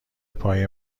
پای